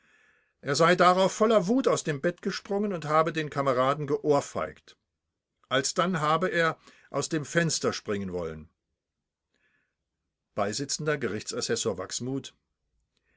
er sei darauf voller wut aus dem bett gesprungen und habe den kameraden geohrfeigt alsdann habe er aus dem fenster springen wollen beisitzer gerichtsassessor wachsmuth